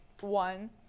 one